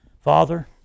Father